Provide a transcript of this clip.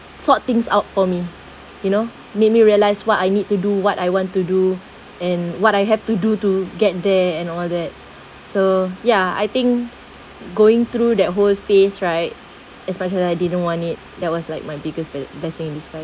sort things out for me you know made me realise what I need to do what I want to do and what I have to do to get there and all that so ya I think going through that whole phase right especially I didn't want it that was like my biggest bless blessing in disguise